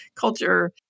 culture